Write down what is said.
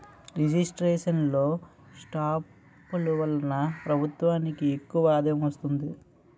registration లో స్టాంపులు వలన ప్రభుత్వానికి ఎక్కువ ఆదాయం వస్తుంది